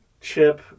chip